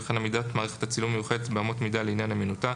וכן עמידת מערכת צילום מיוחדת באמות המידה לעניין אמינותה,